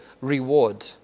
reward